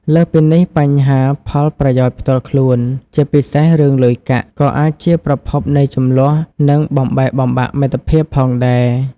លើសពីនេះ បញ្ហាផលប្រយោជន៍ផ្ទាល់ខ្លួន ជាពិសេសរឿងលុយកាក់ ក៏អាចជាប្រភពនៃជម្លោះ និងបំបែកបំបាក់មិត្តភាពផងដែរ ។